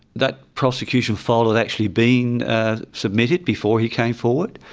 that prosecution file had actually been ah submitted before he came forward.